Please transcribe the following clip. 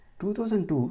2002